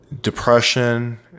depression